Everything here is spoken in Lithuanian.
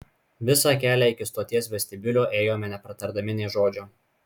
visą kelią iki stoties vestibiulio ėjome nepratardami nė žodžio